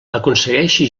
aconsegueixi